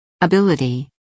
Ability